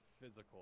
physical